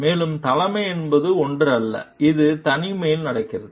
மேலும் தலைமை என்பது ஒன்று அல்ல இது தனிமையில் நடக்கிறது